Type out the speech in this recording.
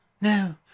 No